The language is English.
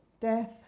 death